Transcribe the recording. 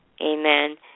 Amen